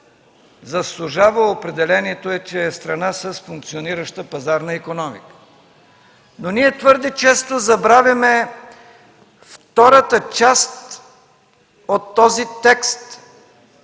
заслужава. Определението е „че е страна с функционираща пазарна икономика”. Ние твърде често забравяме втората част от този текст,